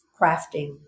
crafting